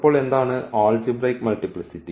അപ്പോൾ എന്താണ് ആൾജിബ്രയ്ക് മൾട്ടിപ്ലിസിറ്റി